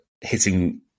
hitting